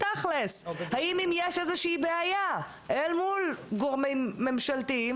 האם יש איזושהי בעיה אל מול גורמים ממשלתיים